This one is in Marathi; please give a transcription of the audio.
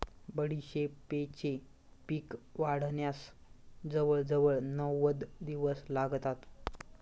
बडीशेपेचे पीक वाढण्यास जवळजवळ नव्वद दिवस लागतात